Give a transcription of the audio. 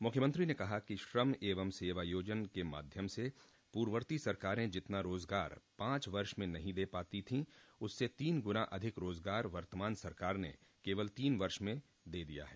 मुख्यमंत्री ने कहा कि श्रम एवं सेवायोजन के माध्यम से पूर्ववर्ती सरकारें जितना रोजगार पांच वर्ष में नहीं दे पाती थीं उससे तीन गुना अधिक रोजगार वर्तमान सरकार ने केवल तीन वर्ष में दिया है